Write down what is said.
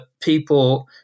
people –